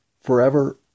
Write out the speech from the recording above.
forever